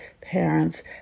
parents